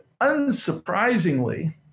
unsurprisingly